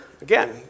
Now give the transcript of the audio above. Again